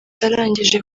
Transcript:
arangije